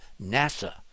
NASA